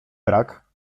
brak